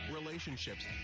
relationships